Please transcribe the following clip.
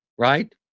Right